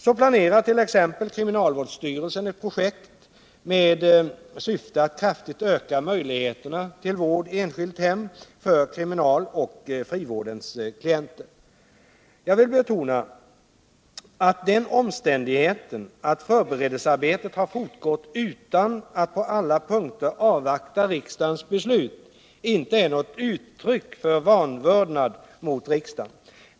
Så planerar t.ex. kriminalvårdsstyrelsen ett projekt med syfte att kraftigt öka möjligheterna till vård i enskilt hem för kriminaloch frivårdens klienter. Jag vill betona att den omständigheten att förberedelsearbetet har fortgått utan att man på alla punkter avvaktat riksdagens beslut inte är något uttryck för vanvördnad mot riksdagen.